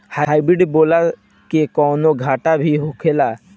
Hybrid बोला के कौनो घाटा भी होखेला?